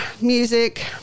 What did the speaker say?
music